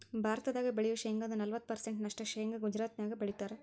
ಭಾರತದಾಗ ಬೆಳಿಯೋ ಶೇಂಗಾದ ನಲವತ್ತ ಪರ್ಸೆಂಟ್ ನಷ್ಟ ಶೇಂಗಾ ಗುಜರಾತ್ನ್ಯಾಗ ಬೆಳೇತಾರ